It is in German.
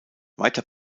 weiter